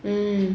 um